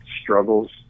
struggles